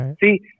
See